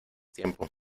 tiempo